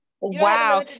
wow